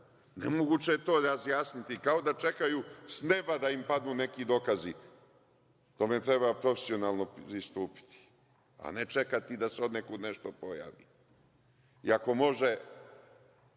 Nemoguće je to razjasniti, kao da čekaju s neba da im padnu neki dokazi. Tome treba profesionalno pristupiti, a ne čekati da se odnekud nešto pojavi. I ako može